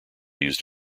used